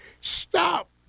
Stop